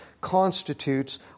constitutes